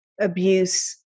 abuse